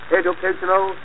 educational